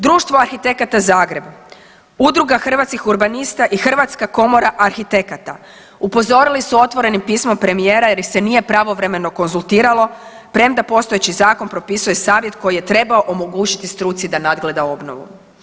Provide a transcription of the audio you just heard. Društvo arhitekata Zagreb, Udruga hrvatskih urbanista i Hrvatska komora arhitekata, upozorili su otvorenim pismom premijera jer ih se nije pravovremeno konzultiralo premda postojeći zakon propisuje savjet koji je trebao omogućiti struci da nadgleda obnovu.